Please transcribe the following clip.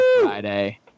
Friday